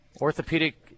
orthopedic